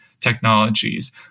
technologies